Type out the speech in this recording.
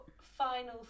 final